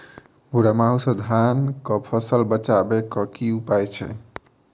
भूरा माहू सँ धान कऽ फसल बचाबै कऽ की उपाय छै?